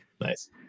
Nice